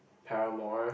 Paramore